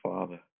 Father